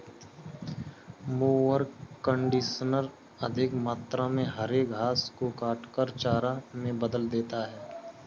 mower conditioner अधिक मात्रा में हरे घास को काटकर चारा में बदल देता है